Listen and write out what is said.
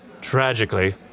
Tragically